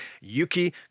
Yuki